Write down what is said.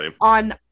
on